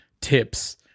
tips